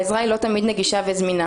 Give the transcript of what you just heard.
העזרה לא תמיד נגישה וזמינה.